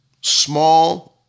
Small